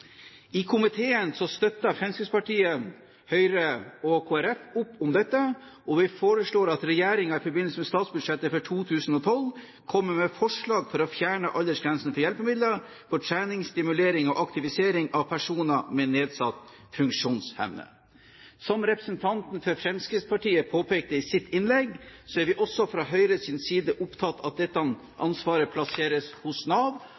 I komiteen støtter Fremskrittspartiet, Høyre og Kristelig Folkeparti opp om dette, og vi foreslår at regjeringen i forbindelse med statsbudsjettet for 2012 kommer med forslag for å fjerne aldersgrensen for hjelpemidler til trening, stimulering og aktivisering av personer med nedsatt funksjonsevne. Som representanten for Fremskrittspartiet påpekte i sitt innlegg, er vi også fra Høyres side opptatt av at dette ansvaret plasseres hos Nav,